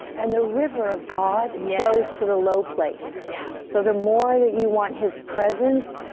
and the river of god yeah flows to the low place. yeah so the more that you want his presence,